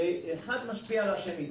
ואחד משפיע על השני.